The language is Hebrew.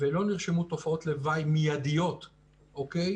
ולא נרשמו תופעות לוואי מידיות כלשהן,